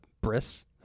Briss